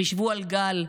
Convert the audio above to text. חשבו על גל,